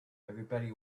everybody